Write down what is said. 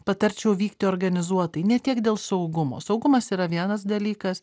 patarčiau vykti organizuotai ne tiek dėl saugumo saugumas yra vienas dalykas